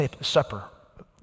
Supper